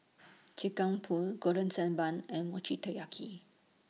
Pool Golden Sand Bun and Mochi Taiyaki